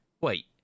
Wait